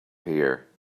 here